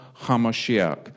HaMashiach